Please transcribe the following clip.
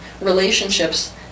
relationships